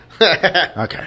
okay